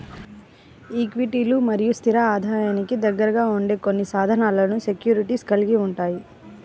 ఈక్విటీలు మరియు స్థిర ఆదాయానికి దగ్గరగా ఉండే కొన్ని సాధనాలను సెక్యూరిటీస్ కలిగి ఉంటాయి